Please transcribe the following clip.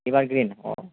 evergreen